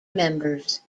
members